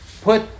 put